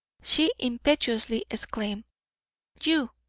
she impetuously exclaimed you,